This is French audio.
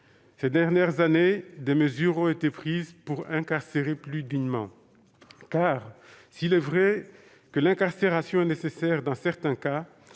Ces dernières années, des mesures ont été prises pour incarcérer plus dignement. S'il est vrai que l'incarcération est nécessaire dans certains cas,